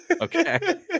okay